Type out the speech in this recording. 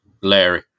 Larry